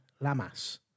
Lamas